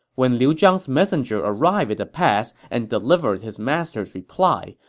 when liu zhang's messenger arrived at the pass and delivered his master's reply,